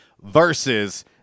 versus